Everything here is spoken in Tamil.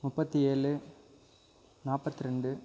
முப்பத்தி ஏழு நாற்பத்ரெண்டு